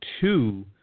two